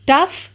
Tough